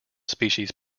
species